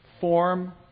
form